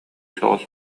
соҕус